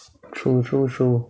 true true true